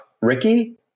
ricky